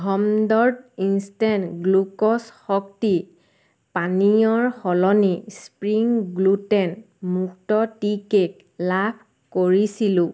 Hamdard instant glucose শক্তি পানীয়ৰ সলনি স্প্ৰিং গ্লুটেন মুক্ত টি কেক লাভ কৰিছিলোঁ